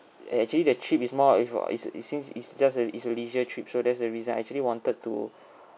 actually the trip is more is or is it since it's just a it's a leisure trips so there's a reason I actually wanted to